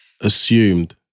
assumed